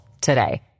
today